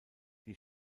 die